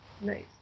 Nice